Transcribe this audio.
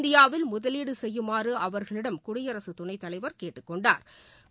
இந்தியாவில் முதலீடு செய்யுமாறு அவர்களிடம் குடியரசு துணைத் தலைவர் கேட்டுக்கொண்டாா்